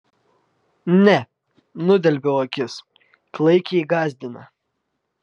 ne nudelbiau akis klaikiai gąsdina